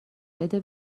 بده